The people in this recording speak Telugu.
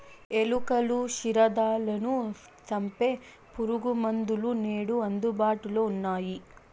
ఎలుకలు, క్షీరదాలను సంపె పురుగుమందులు నేడు అందుబాటులో ఉన్నయ్యి